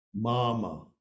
mama